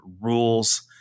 rules